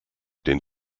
den